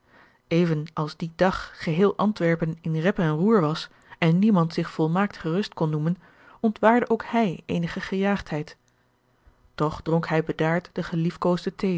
als dien dag geheel antwerpen in rep en roer was en niemand zich volmaakt gerust kon noemen ontwaarde ook hij eenig gejaagdheid toch dronk hij bedaard de